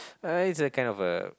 uh it's a kind of a